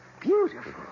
beautiful